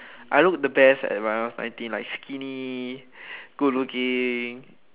I looked the best when I was in I_T_E like skinny good looking